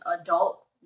adult